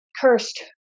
cursed